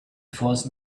first